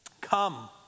Come